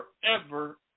forever